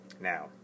Now